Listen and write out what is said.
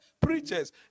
preachers